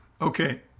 Okay